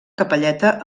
capelleta